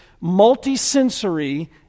multi-sensory